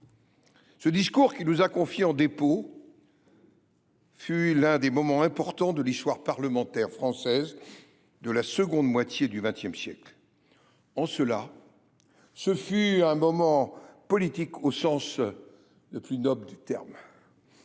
Ce discours, qu’il nous a confié en dépôt, fut l’un des moments importants de l’histoire parlementaire française de la seconde moitié du XX siècle. En cela, ce fut un moment politique, au sens le plus noble du terme.